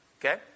Okay